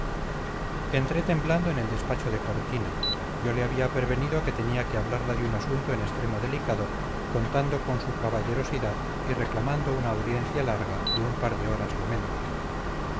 entré temblando en el despacho de cortina yo le había prevenido que tenía que hablarle de un asunto en extremo delicado contando con su caballerosidad y reclamando una audiencia larga de un par de horas lo menos